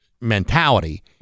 mentality